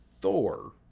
Thor